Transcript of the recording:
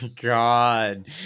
God